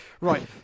Right